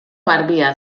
garbia